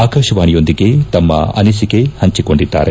ಆಕಾಶವಾಣಿಯೊಂದಿಗೆ ತಮ್ನ ಅನಿಸಿಕೆ ಹಂಚಿಕೊಂಡಿದ್ದಾರೆ